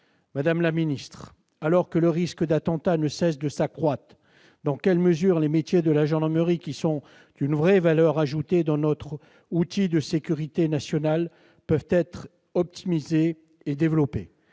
Madame la ministre, alors que le risque d'attentat ne cesse de croître, dans quelle mesure les métiers de la gendarmerie, qui ont une réelle valeur ajoutée dans notre outil de sécurité nationale, peuvent-ils être optimisés et développés ?